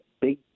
big